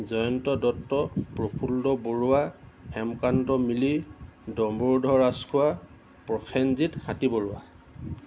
Jayanta Dutta Prafulla Barua Hemkanta Mili Dambarudhar Rajkhowa Prasenjit Hatibaruah